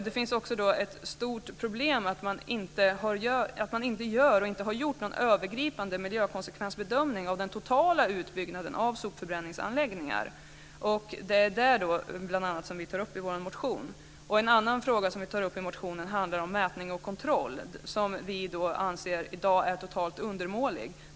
Det finns också ett stort problem i att man inte gör, och inte har gjort, någon övergripande miljökonsekvensbedömning gällande den totala utbyggnaden av sopförbränningsanläggningar. Det är bl.a. det som vi tar upp i vår motion. En annan fråga som vi tar upp i motionen handlar om mätning och kontroll, något som vi anser vara totalt undermåligt i dag.